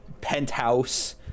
penthouse